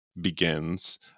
begins